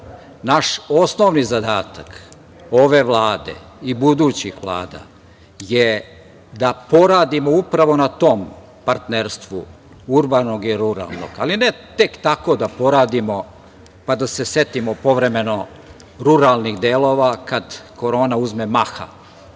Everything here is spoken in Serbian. Naš osnovni zadatak ove Vlade i budućih vlada je da poradimo upravo na tom partnerstvu urbanog i ruralnog, ali ne tek tako da poradimo, pa da se setimo povremeno ruralnih delova kad korona uzme maha,